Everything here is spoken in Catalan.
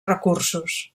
recursos